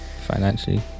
financially